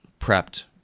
prepped